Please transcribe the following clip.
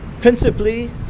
principally